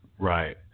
Right